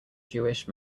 jewish